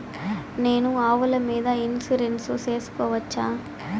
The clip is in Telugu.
నేను ఆవుల మీద ఇన్సూరెన్సు సేసుకోవచ్చా?